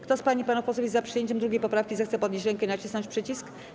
Kto z pań i panów posłów jest za przyjęciem 2. poprawki, zechce podnieść rękę i nacisnąć przycisk.